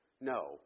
No